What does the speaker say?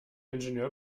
ingenieur